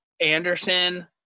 Anderson